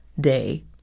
day